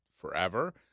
forever